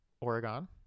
oregon